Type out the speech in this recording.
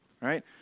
Right